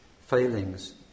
failings